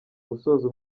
gusoza